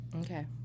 Okay